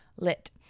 lit